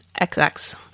XX